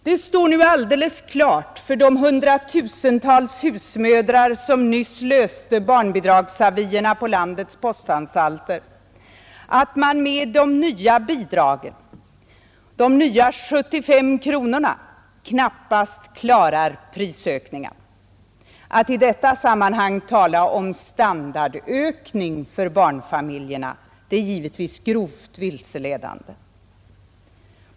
Det står nu alldeles klart för de hundratusentals husmödrar, som nyss löste ut barnbidragsavierna på landets postanstalter, att man med de nya bidragen, de nya 75 kronorna, knappast klarar prisökningarna. Att i detta sammanhang tala om standardökning för barnfamiljerna är givetvis grovt vilseledande.